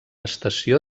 estació